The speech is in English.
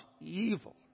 evil